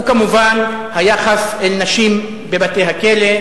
וכמובן היחס לנשים בבתי-הכלא,